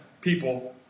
people